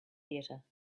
theater